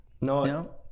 no